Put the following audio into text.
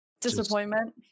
disappointment